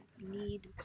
need